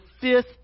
fifth